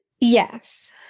Yes